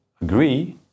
agree